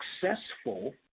successful